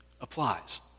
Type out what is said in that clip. applies